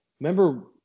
remember